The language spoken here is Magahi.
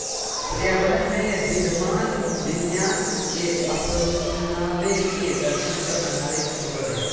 पर्यावरण में विद्यमान विन्यास के अपनावे के दर्शन पर आधारित होबा हइ